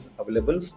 available